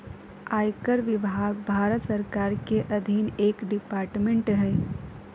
आयकर विभाग भारत सरकार के अधीन एक डिपार्टमेंट हय